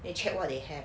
then check what they have